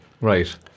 right